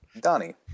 Donnie